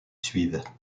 suivent